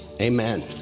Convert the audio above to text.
amen